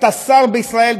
אתה שר בישראל,